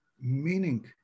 meaning